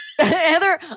Heather